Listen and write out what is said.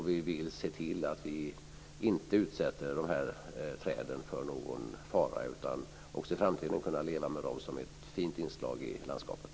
Vi vill se till att vi inte utsätter de här träden för någon fara utan att vi också i framtiden ska kunna leva med dem som ett fint inslag i landskapet.